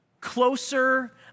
closer